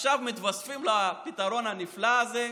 עכשיו מתווספים לפתרון הנפלא הזה,